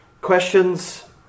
questions